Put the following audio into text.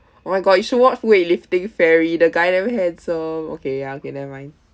oh my god you should watch weightlifting fairy the guy damn handsome okay ya okay never mind